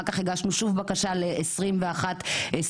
אחר כך הגשנו שוב בקשה ל-2021 ו-2022,